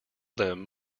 them